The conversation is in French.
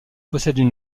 possèdent